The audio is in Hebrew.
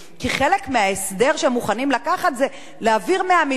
כי חלק מההסדר שהם מוכנים לקחת זה להעביר 100 מיליון,